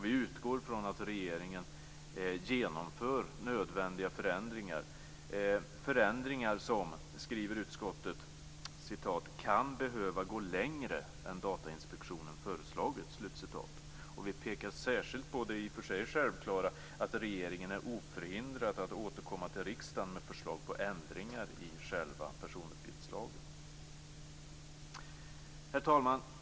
Vi utgår från att regeringen genomför nödvändiga förändringar som, skriver utskottet, "kan behöva gå längre än Datainspektionen föreslagit". Vi pekar särskilt på det i och för sig självklara att regeringen är oförhindrad att återkomma till riksdagen med förslag till förändringar i själva personuppgiftslagen. Herr talman!